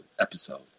episode